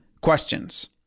questions